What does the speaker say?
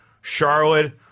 Charlotte